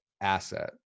asset